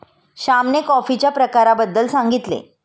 श्यामने कॉफीच्या प्रकारांबद्दल सांगितले